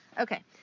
Okay